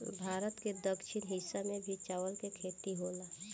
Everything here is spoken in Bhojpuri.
भारत के दक्षिणी हिस्सा में भी चावल के खेती होला